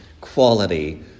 quality